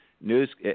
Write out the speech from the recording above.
news